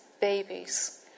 babies